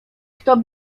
kto